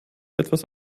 etwas